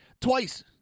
Twice